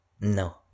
No